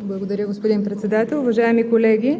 Благодаря, господин Председател. Уважаеми колеги!